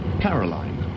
Caroline